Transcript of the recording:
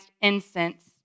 incense